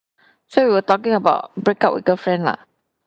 so we were talking about break up with girlfriend lah